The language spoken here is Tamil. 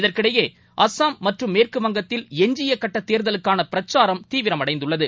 இதற்கிடையே அஸ்ஸாம் மற்றும் மேற்குவங்கத்தில் எஞ்சியகட்டத்தேர்தலுக்கானபிரச்சாரம் தீவிரம் அடைந்துள்ளது